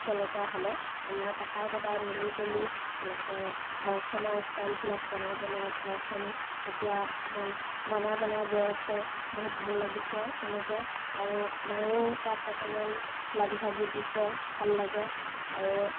তেনেকুৱা হ'লে আমাৰ পাপাই দাদাই মিলিজুলি তেনেকৈ ঘৰখনৰ ষ্টাইলবিলাক বনায় বনায় ঘৰখন এতিয়া অকণমান বনায় বনায় গৈ আছে বহুত ভাল লাগিছে তেনেকৈ আৰু মায়েও তাত অকণমান লাগি ভাগি দিছে ভাল লাগে আৰু